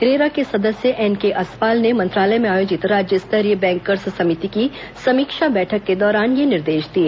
RERA के सदस्य N K Aswal मंत्रालय में आयोजित राज्य स्तरीय बैंकर्स समिति की समीक्षा बैठक के दौरान यह निर्देश दिए